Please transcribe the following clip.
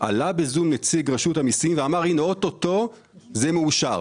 עלה נציג המיסים ואמר: "אוטוטו זה יאושר".